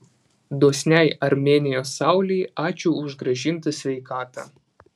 dosniai armėnijos saulei ačiū už grąžintą sveikatą